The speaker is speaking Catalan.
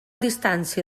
distància